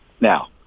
Now